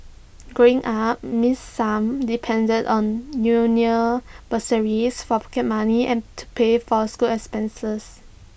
growing up miss sum depended on union bursaries for pocket money and to pay for school expenses